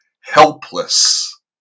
helpless